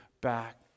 back